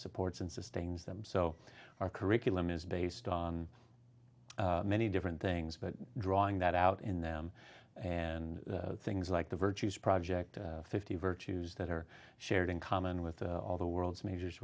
supports and sustains them so our curriculum is based on many different things but drawing that out in them and things like the virtues project fifty virtues that are shared in common with all the world's major